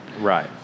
Right